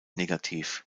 negativ